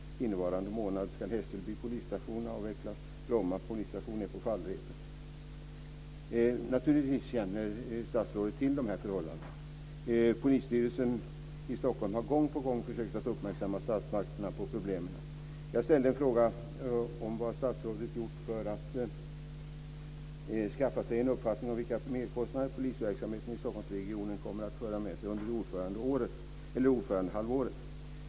Innevarande månad ska Hässelby polisstation avvecklas. Bromma polisstation är på fallrepet. Naturligtvis känner statsrådet till dessa förhållanden. Polisstyrelsen i Stockholm har gång på gång försökt att uppmärksamma statsmakterna på problemen. Jag ställde en fråga om vad statsrådet gjort för att skaffa sig en uppfattning om vilka merkostnader polisverksamheten i Stockholmsregionen kommer att föra med sig under ordförandehalvåret.